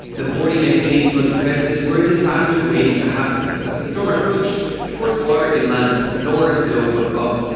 the poorly maintained flood defences were a disaster waiting to happen. as the storm approached, it forced water inlands with no-where to go, but up.